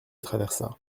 traversa